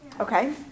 okay